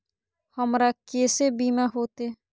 हमरा केसे बीमा होते?